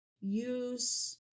use